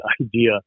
idea